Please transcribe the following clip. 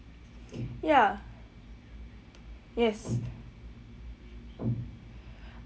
ya yes